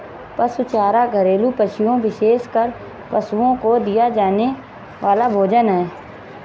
पशु चारा घरेलू पशुओं, विशेषकर पशुओं को दिया जाने वाला भोजन है